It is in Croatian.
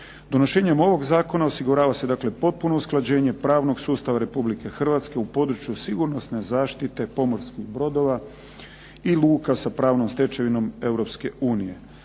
Donošenjem ovog zakona osigurava se dakle potpuno usklađenje pravnog sustava Republike Hrvatske u području sigurnosne zaštite pomorskih brodova i luka sa pravnom stečevinom